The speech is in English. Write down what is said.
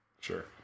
Sure